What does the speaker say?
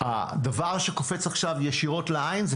הדבר שקופץ עכשיו ישירות לעין זה